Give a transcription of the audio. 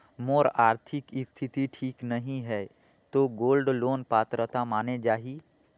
मोर आरथिक स्थिति ठीक नहीं है तो गोल्ड लोन पात्रता माने जाहि?